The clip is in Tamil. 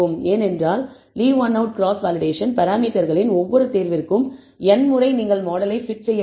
ஏனென்றால் leave one out cross validation பராமீட்டர்களின் ஒவ்வொரு தேர்விற்கும் n முறை நீங்கள் மாடலை பிட் செய்ய வேண்டும்